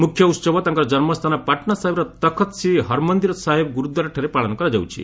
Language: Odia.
ମୁଖ୍ୟ ଉତ୍ସବ ତାଙ୍କର କନ୍ମସ୍ଥାନ ପାଟନା ସାହିବର ତଖ୍ତ ଶ୍ରୀ ହରମନ୍ଦିର ସାହିବ ଗୁରୁଦ୍ୱାରଠାରେ ପାଳନ କରାଯାଉଛି